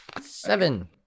Seven